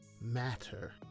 matter